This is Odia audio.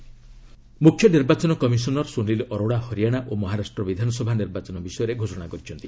ଆସେମ୍କି ଇଲେକ୍ସନ୍ ମୁଖ୍ୟ ନିର୍ବାଚନ କମିଶନର ସୁନିଲ୍ ଅରୋଡ଼ା ହରିୟାଣା ଓ ମହାରାଷ୍ଟ୍ର ବିଧାନସଭା ନିର୍ବାଚନ ବିଷୟରେ ଘୋଷଣା କରିଛନ୍ତି